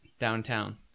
downtown